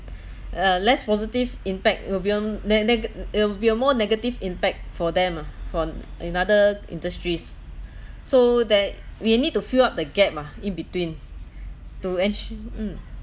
a less positive impact will be on ne~ nega~ it'll be a more negative impact for them ah for another industries so that we need to fill up the gap ah in between to ensure mm